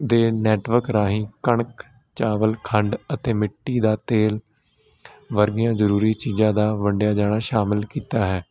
ਦੇ ਨੈਟਵਰਕ ਰਾਹੀਂ ਕਣਕ ਚਾਵਲ ਖੰਡ ਅਤੇ ਮਿੱਟੀ ਦਾ ਤੇਲ ਵਰਗੀਆਂ ਜ਼ਰੂਰੀ ਚੀਜ਼ਾਂ ਦਾ ਵੰਡਿਆ ਜਾਣਾ ਸ਼ਾਮਿਲ ਕੀਤਾ ਹੈ